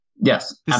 Yes